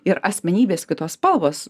ir asmenybės kitos spalvos